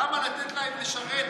למה לתת להם לשרת,